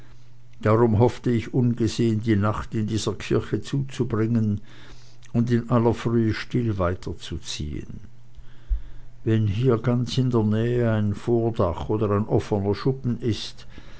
darum hoffte ich ungesehen die nacht in dieser kirche zuzubringen und in aller frühe still weiterzuziehen wenn hier ganz in der nähe ein vordach oder ein offener schuppen ist